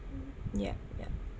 ya ya